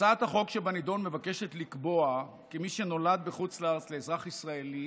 הצעת החוק שבנדון מבקשת לקבוע כי מי שנולד בחוץ לארץ לאזרח ישראלי